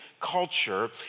culture